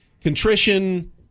contrition